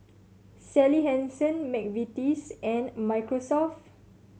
Sally Hansen McVitie's and Microsoft